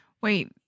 Wait